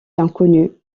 l’inconnu